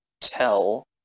Tell